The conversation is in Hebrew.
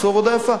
עשו עבודה יפה.